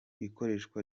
ikoreshwa